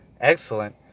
excellent